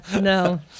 No